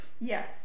Yes